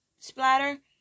splatter